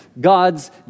God's